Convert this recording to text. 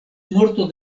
morto